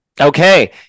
okay